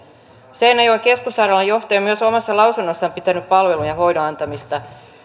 seinäjoen keskussairaalan johtaja myös omassa lausunnossaan on pitänyt palvelujen ja hoidon antamista